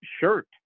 shirt